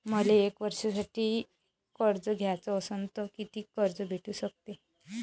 मले एक वर्षासाठी कर्ज घ्याचं असनं त कितीक कर्ज भेटू शकते?